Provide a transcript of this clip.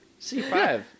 C5